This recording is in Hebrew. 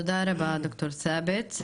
תודה רבה ד"ר ת'אבת,